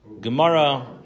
Gemara